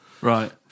right